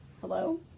Hello